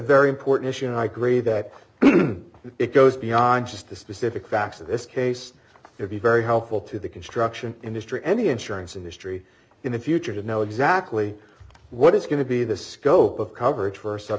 very important issue high grade that it goes beyond just the specific facts of this case would be very helpful to the construction industry any insurance industry in the future to know exactly what is going to be the scope of coverage for sub